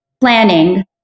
planning